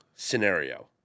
Scenario